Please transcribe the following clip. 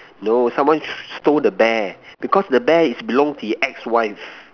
no someone s~ stole the bear because the bear is belong his ex wife